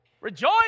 Rejoice